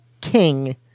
King